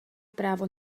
právo